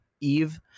Eve